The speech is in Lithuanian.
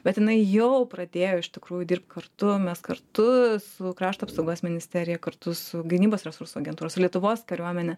bet jinai jau pradėjo iš tikrųjų dirbt kartu mes kartu su krašto apsaugos ministerija kartu su gynybos resursų agentūra su lietuvos kariuomene